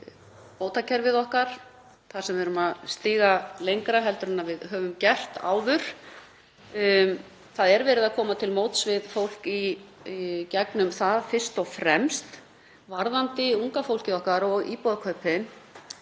bótakerfið okkar þar sem við erum að stíga lengra en við höfum gert áður. Það er verið að koma til móts við fólk í gegnum það fyrst og fremst. Varðandi unga fólkið okkar og íbúðakaupin